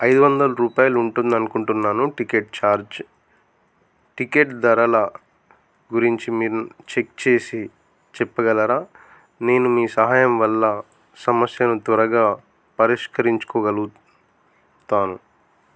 ఐదు వందల రూపాయలు ఉంటుందని అనుకుంటున్నాను టికెట్ ఛార్జ్ టికెట్ ధరల గురించి మీరు చెక్ చేసి చెప్పగలరా నేను మీ సహాయం వల్ల సమస్యను త్వరగా పరిష్కరించుకోగలుగుతాను